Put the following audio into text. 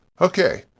Okay